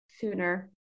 sooner